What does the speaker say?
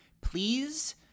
Please